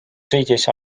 sõitis